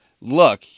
look